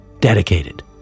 dedicated